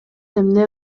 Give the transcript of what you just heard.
эмне